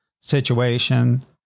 situation